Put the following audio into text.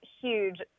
huge